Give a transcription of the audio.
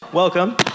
Welcome